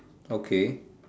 okay